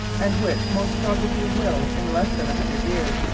and which most probably will, in less than a hundred years,